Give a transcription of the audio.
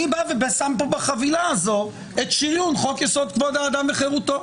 בא ושם פה בחבילה הזאת את שריון חוק יסוד: כבוד האדם וחירותו.